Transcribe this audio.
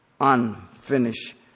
unfinished